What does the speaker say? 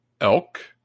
Elk